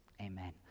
Amen